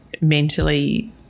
mentally